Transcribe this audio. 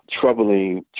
troubling